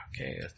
Okay